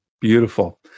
Beautiful